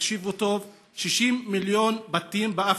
תקשיבו טוב, "60 מיליון בתים באפריקה.